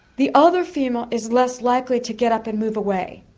the other female is less likely to get up and move away.